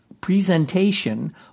presentation